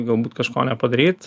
galbūt kažko nepadaryt